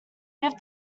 have